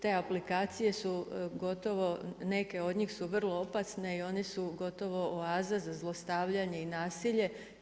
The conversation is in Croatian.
Te aplikacije su gotovo, neke od njih su vrlo opasne i one su gotovo oaza za zlostavljanje i nasilje.